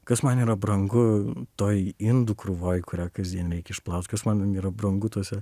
kas man yra brangu toje indų krūvoj kurią kasdien reik išplaut kas man yra brangu tose